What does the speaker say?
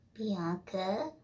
Bianca